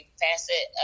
facet